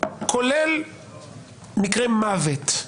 כולל מקרי מוות.